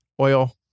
oil